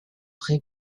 pré